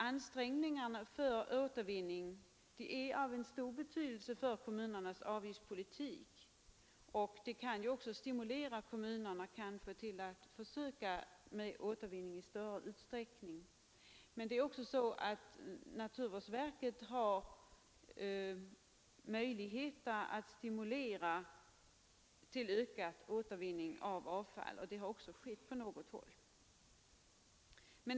Ansträngningarna för återvinning är av stor betydelse för kommunernas avgiftspolitik, men även naturvårdsverket har möjlighet att stimulera till ökad återvinning av avfall, och så har också skett på något håll.